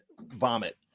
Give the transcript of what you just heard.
vomit